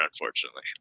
unfortunately